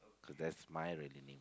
cause that's my really name